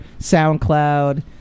SoundCloud